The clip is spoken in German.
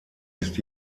ist